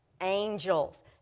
angels